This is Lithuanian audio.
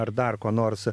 ar dar ko nors